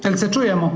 Jel se čujemo?